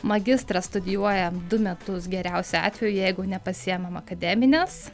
magistrą studijuojam du metus geriausiu atveju jeigu nepasiemam akademines